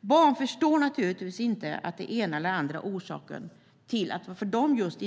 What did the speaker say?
Barn förstår naturligtvis inte, av den ena eller andra orsaken, varför just de inte kan få en viss pryl.